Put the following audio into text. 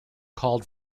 called